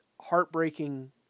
heartbreaking